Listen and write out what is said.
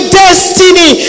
destiny